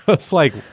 it's like,